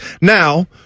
Now